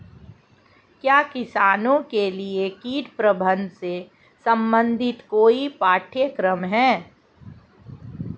क्या किसानों के लिए कीट प्रबंधन से संबंधित कोई पाठ्यक्रम है?